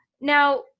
now